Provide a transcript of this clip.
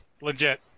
legit